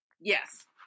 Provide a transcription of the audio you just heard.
Yes